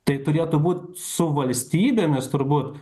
tai turėtų būt su valstybėmis turbūt